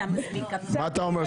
מה אתה אומר,